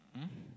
um